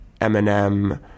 Eminem